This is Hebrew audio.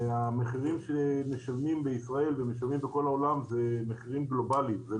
המחירים שמשלמים בישראל ומשלמים בכל העולם זה מחירים גלובליים.